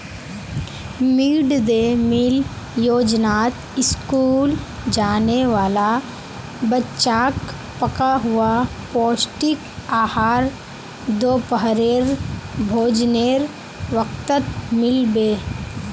mid day meal योजनात school जाने वाला बच्चाक पका हुआ पौष्टिक आहार दोपहरेर भोजनेर वक़्तत मिल बे